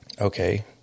okay